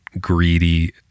greedy